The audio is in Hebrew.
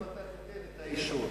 תלוי אם אתה תיתן את האישור.